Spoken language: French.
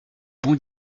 bon